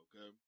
okay